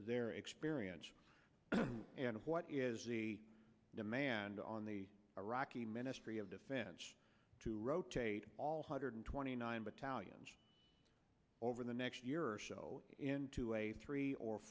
their experience and what is the demand on the iraqi ministry of defense to rotate all hundred twenty nine but talian over the next year or so into a three or